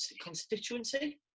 constituency